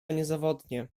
niezawodnie